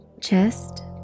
chest